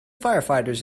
firefighters